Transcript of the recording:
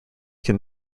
can